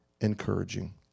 encouraging